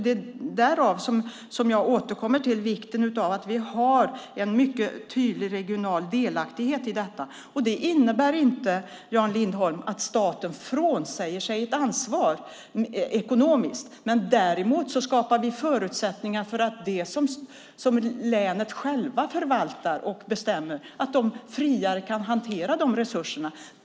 Det är därför jag återkommer till vikten av att ha en mycket tydlig regional delaktighet i detta. Det innebär inte, Jan Lindholm, att staten frånsäger sig ansvar ekonomiskt. Däremot skapar vi förutsättningar för länet att friare kunna hantera resurserna när det gäller det man själv förvaltar och bestämmer över.